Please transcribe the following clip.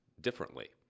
differently